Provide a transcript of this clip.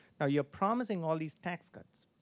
now, you're promising all these tax cuts,